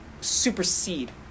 supersede